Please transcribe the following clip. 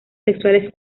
sexuales